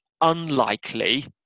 unlikely